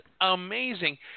amazing